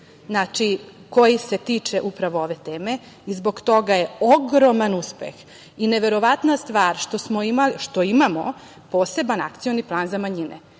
AKI, koji se tiče upravo ove teme, i zbog toga je ogroman uspeh i neverovatna stvar što imamo poseban Akcioni plan za manjine